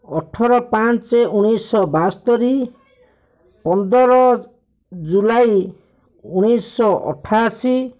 ଅଠର ପାଞ୍ଚ ଉଣେଇଶଶହ ବାସ୍ତରି ପନ୍ଦର ଜୁଲାଇ ଉଣେଇଶଶହ ଅଠାଅଶୀ